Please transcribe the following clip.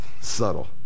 subtle